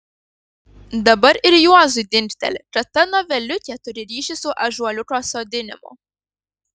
dabar ir juozui dingteli kad ta noveliukė turi ryšį su ąžuoliuko sodinimu